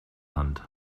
hand